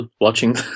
watching